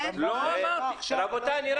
רבותיי,